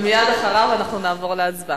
הוא האחרון, ומייד אחריו אנחנו נעבור להצבעה.